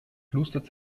plustert